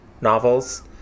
novels